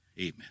Amen